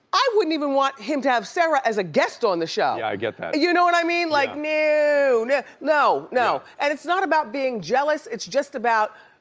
i wouldn't even want him to have sarah as a guest on the show! yeah, i get that. you know what i mean? like no! no no! and it's not about being jealous, it's just about,